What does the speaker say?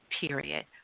period